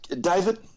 David